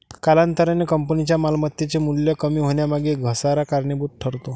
कालांतराने कंपनीच्या मालमत्तेचे मूल्य कमी होण्यामागे घसारा कारणीभूत ठरतो